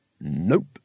Nope